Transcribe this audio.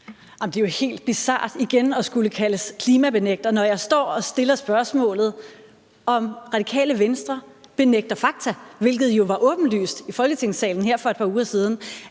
Det er jo helt bizart igen at skulle kaldes klimabenægter, når jeg står og stiller spørgsmålet, om Radikale Venstre benægter fakta, hvilket jo var åbenlyst i Folketingssalen her for et par uger siden.